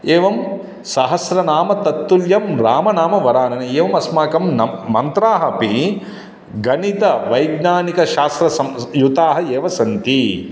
एवं सहस्रनाम तत्तुल्यं रामनाम वरानने एवम् अस्माकं नम् मन्त्राणि अपि गणितवैज्ञानिकशास्त्रेण सं युताः एव सन्ति